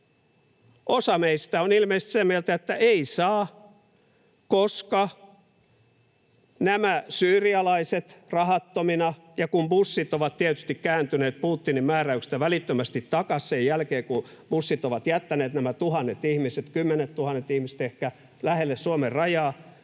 Osa meistä on ilmeisesti sitä mieltä, että ei saa, koska nämä syyrialaiset rahattomina — ja kun bussit ovat tietysti kääntyneet Putinin määräyksestä välittömästi takaisin sen jälkeen, kun bussit ovat jättäneet nämä tuhannet ihmiset, ehkä kymmenettuhannet ihmiset, lähelle Suomen rajaa